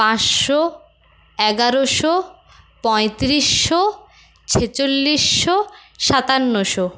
পাঁচশো এগারোশো পঁয়তিরিশশো ছেচল্লিশশো সাতান্নশো